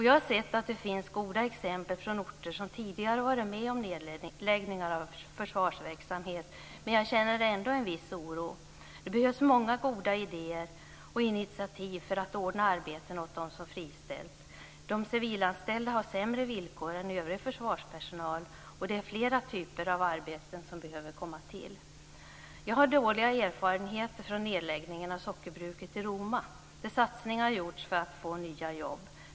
Jag har sett att det finns goda exempel från orter som tidigare har varit med om nedläggningar av försvarsverksamhet, men jag känner ändå en viss oro. Det behövs många goda idéer och initiativ för att man ska kunna ordna arbeten åt dem som friställs. De civilanställda har sämre villkor än den övriga försvarspersonalen, och det är flera typer av arbeten som behöver komma till. Jag har dåliga erfarenheter från nedläggningen av sockerbruket i Roma. Satsningar har gjorts för att man ska få nya jobb.